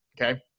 Okay